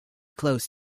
close